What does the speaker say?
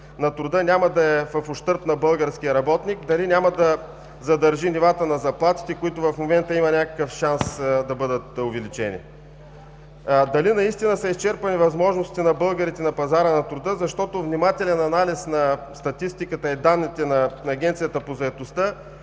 на труда няма да е в ущърб на българския работник, дали няма да задържи нивата на заплатите, за които в момента има някакъв шанс да бъдат увеличени, дали наистина са изчерпани възможностите на българите на пазара на труда, защото внимателен анализ на статистиката и на данните на Агенцията по заетостта